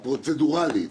הפרוצדורלית,